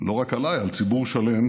לא רק עליי, על ציבור שלם,